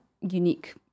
unique